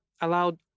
allowed